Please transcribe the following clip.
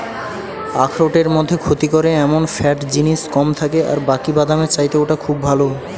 আখরোটের মধ্যে ক্ষতি করে এমন ফ্যাট জিনিস কম থাকে আর বাকি বাদামের চাইতে ওটা খুব ভালো